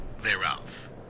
thereof